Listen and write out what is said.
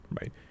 Right